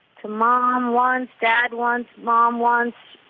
to mom once, dad once, mom once,